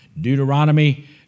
Deuteronomy